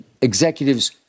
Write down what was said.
executives –